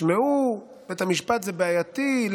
שמעו, בית המשפט זה בעייתי.